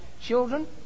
children